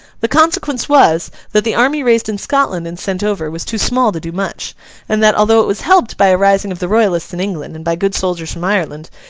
the consequence was, that the army raised in scotland and sent over, was too small to do much and that, although it was helped by a rising of the royalists in england and by good soldiers from ireland,